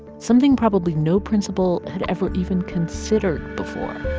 something probably no principal had ever even considered before